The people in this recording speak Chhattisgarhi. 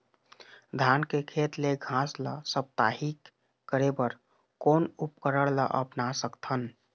धान के खेत ले घास ला साप्ताहिक करे बर कोन उपकरण ला अपना सकथन?